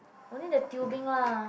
only the tubing lah